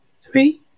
three